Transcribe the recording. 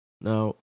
Now